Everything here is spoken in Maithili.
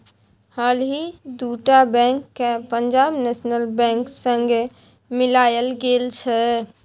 हालहि दु टा बैंक केँ पंजाब नेशनल बैंक संगे मिलाएल गेल छै